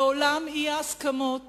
אי-הסכמות